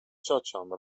ciocią